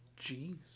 Jeez